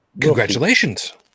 Congratulations